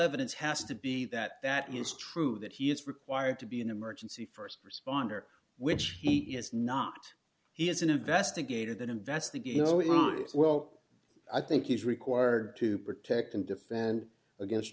evidence has to be that that is true that he is required to be an emergency st responder which he is not he is an investigator that investigated no one is well i think is required to protect and defend against